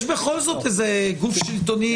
יש בכל זאת איזה גוף שלטוני.